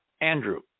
Andrew